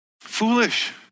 Foolish